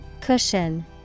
Cushion